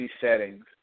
settings